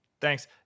Thanks